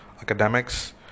academics